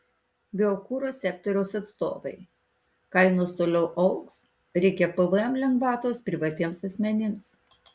biokuro sektoriaus atstovai kainos toliau augs reikia pvm lengvatos privatiems asmenims